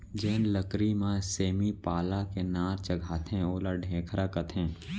जेन लकरी म सेमी पाला के नार चघाथें ओला ढेखरा कथें